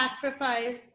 Sacrifice